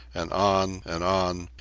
and on and on,